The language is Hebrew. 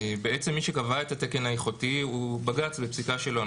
בעצם מי שקבע את התקן האיכותי הוא בג"צ בפסיקה שלו.